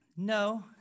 No